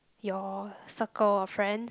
your circle of friends